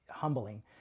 Humbling